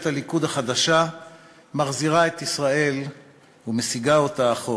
הליכוד החדשה מחזירה את ישראל ומסיגה אותה אחורה.